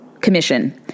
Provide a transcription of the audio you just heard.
commission